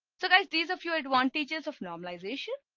so guys, these are few advantages of normalization.